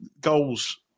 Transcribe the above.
goals